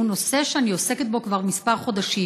הוא נושא שאני עוסקת בו כבר כמה חודשים.